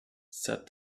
said